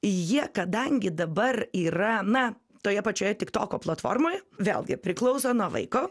jie kadangi dabar yra na toje pačioje tiktoko platformoje vėlgi priklauso nuo vaiko